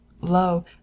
lo